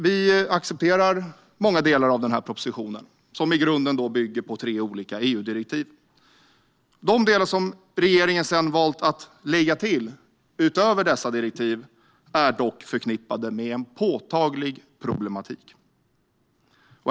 Vi accepterar många delar av denna proposition, som i grunden bygger på tre olika EU-direktiv. De delar som regeringen valt att lägga till utöver dessa direktiv är dock förknippade med en påtaglig problematik.